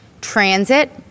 transit